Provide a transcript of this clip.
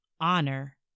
Honor